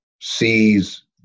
sees